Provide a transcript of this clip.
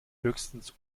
höchstens